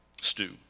stew